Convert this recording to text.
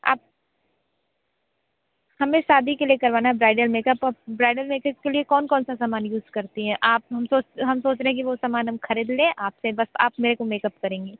आप हमें शादी के लिए करवाना है ब्राइडल मेकअप आप ब्राइडल मेकअप के लिए कौन कौन सा सामान यूज़ करती हैं आप हम हम सोच रहे हैं कि वो सामान हम खरीद लें आपसे बस आप मेरे को मेकअप करेंगी